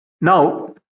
Now